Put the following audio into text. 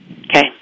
Okay